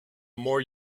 more